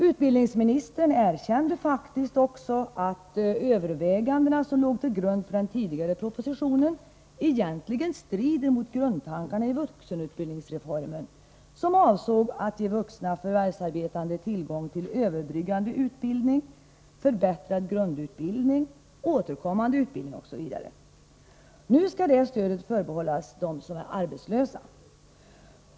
Utbildningsministern erkände faktiskt också, att övervägandena som låg till grund för den tidigare propositionen egentligen strider mot grundtankarna i vuxenutbildningsreformen, som avsåg att ge vuxna förvärvsarbetande tillgång till överbryggande utbildning, förbättrad grundutbildning, återkommande utbildning osv. Nu skall stödet förbehållas dem som är arbetslösa.